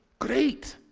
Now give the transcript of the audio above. great!